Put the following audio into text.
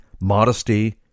modesty